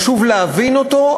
חשוב להבין אותו,